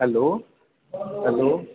hello hello